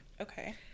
Okay